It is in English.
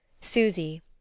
Susie